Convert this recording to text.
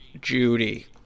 Judy